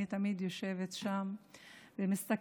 אני תמיד יושבת שם ומסתכלת,